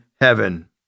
heaven